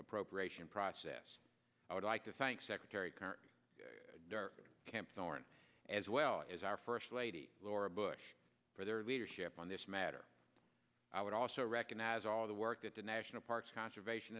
appropriation process i would like to thank secretary camp norn as well as our first lady laura bush for their leadership on this matter i would also recognize all the work that the national parks conservation